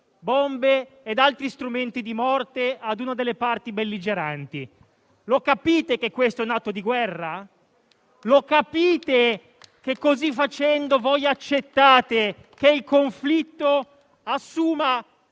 bombe ed altri strumenti di morte ad una delle parti belligeranti. Lo capite che questo è un atto di guerra? Lo capite che così facendo voi accettate che il conflitto assuma